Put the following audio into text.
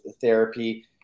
therapy